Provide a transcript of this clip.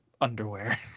underwear